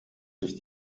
sich